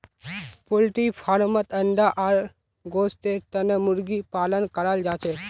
poultry फार्मत अंडा आर गोस्तेर तने मुर्गी पालन कराल जाछेक